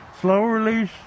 slow-release